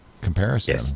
comparison